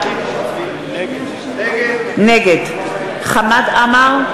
נגד חמד עמאר,